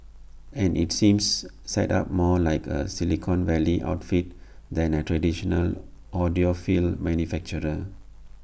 and IT seems set up more like A Silicon Valley outfit than A traditional audiophile manufacturer